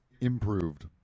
improved